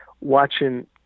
watching